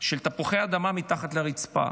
של תפוחי האדמה מתחת לרצפה.